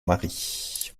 mari